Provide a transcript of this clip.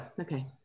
okay